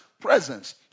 presence